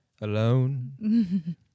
alone